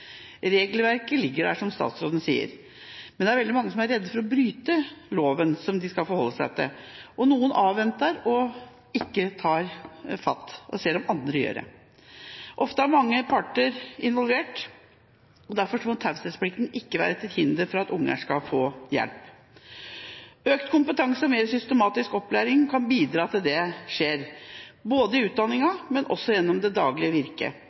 Regelverket ligger der, som statsråden sier, men veldig mange er redde for å bryte loven som de skal forholde seg til. Noen avventer og tar ikke fatt, og ser om andre gjør det. Ofte er mange parter involvert. Derfor må taushetsplikten ikke være til hinder for at barn skal få hjelp. Økt kompetanse og mer systematisk opplæring kan bidra til at det skjer, både i utdanninga og også gjennom det daglige virke.